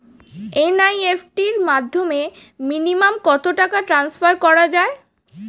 NEFT র মাধ্যমে minimum কত টাকা ট্রান্সফার করা যায়?